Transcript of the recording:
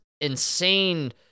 insane